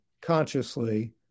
Consciously